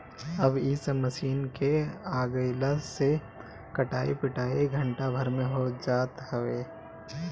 अब इ सब मशीन के आगइला से कटाई पिटाई घंटा भर में हो जात हवे